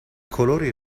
colori